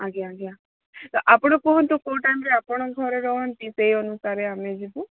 ଆଜ୍ଞା ଆଜ୍ଞା ଆପଣ କୁହନ୍ତୁ କୋଉ ଟାଇମ୍ରେ ଆପଣ ଘରେ ରହନ୍ତି ସେ ଅନୁସାରେ ଆମେ ଯିବୁ